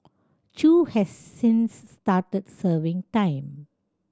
Chew has since started serving time